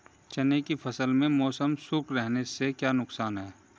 चने की फसल में मौसम शुष्क रहने से क्या नुकसान है?